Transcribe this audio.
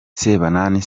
sebanani